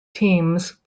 teams